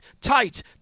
tight